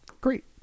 Great